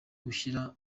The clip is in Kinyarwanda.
gushyiraho